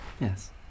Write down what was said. Yes